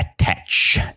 attach